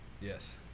Yes